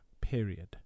period